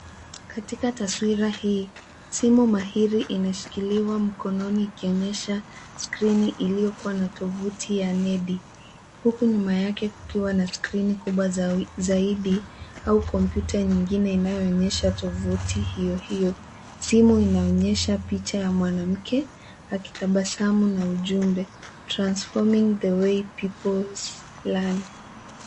Katika taswira hii, simu mahiri inashikiliwa mukononi ikionyesha skrini ilio kuwa na tovuti ya nedi. Huku nyuma yake kukiwa na skrini kuba zaidi au komputa nyingine inayoonyesha tovuti hiyo hiyo. Simu inaonyesha picha ya mwanamke akitabasamu na ujumbe, transforming the way people learn .